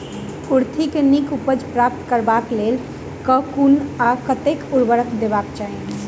कुर्थी केँ नीक उपज प्राप्त करबाक लेल केँ कुन आ कतेक उर्वरक देबाक चाहि?